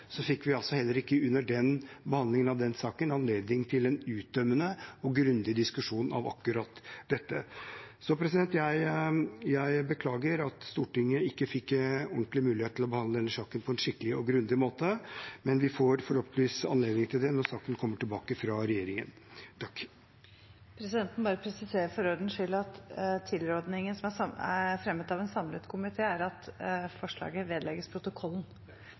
fikk vi altså ikke heller under behandlingen av den saken anledning til en uttømmende og grundig diskusjon av akkurat dette. Jeg beklager at Stortinget ikke fikk mulighet til å behandle denne saken på en skikkelig og grundig måte, men vi får forhåpentligvis anledning til det når saken kommer tilbake fra regjeringen. Presidenten vil bare presisere for ordens skyld at tilrådningen, som er fremmet av en samlet komité, er at forslaget vedlegges protokollen.